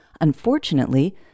Unfortunately